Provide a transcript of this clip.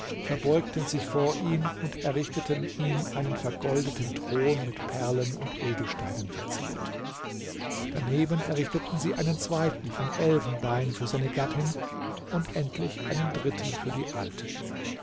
verbeugten sich vor ihm und errichteten ihm einen vergoldeten thron mit perlen und edelsteinen verziert daneben errichteten sie einen zweiten von elfenbein für seine gattin und endlich einen dritten für die alte